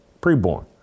Preborn